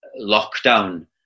lockdown